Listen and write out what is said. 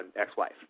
ex-wife